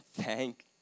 thank